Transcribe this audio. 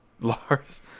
Lars